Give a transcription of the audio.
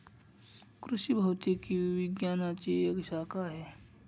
कृषि भौतिकी विज्ञानची एक शाखा आहे